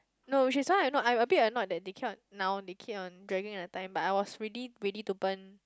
no which is why no I I'm a bit annoyed that they keep on now they keep on dragging the time but I was ready ready to burn